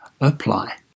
Apply